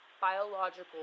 biological